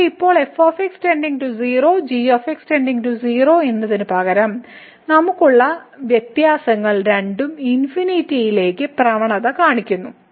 പക്ഷേ ഇപ്പോൾ f → 0 g → 0 എന്നതിനുപകരം നമുക്കുള്ള വ്യത്യാസങ്ങൾ രണ്ടും ലേക്ക് പ്രവണത കാണിക്കുന്നു